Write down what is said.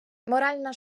моральна